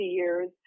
years